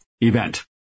event